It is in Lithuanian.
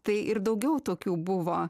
tai ir daugiau tokių buvo